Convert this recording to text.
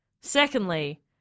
Secondly